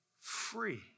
free